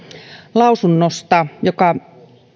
lausunnosta joka